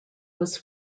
was